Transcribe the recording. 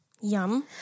Yum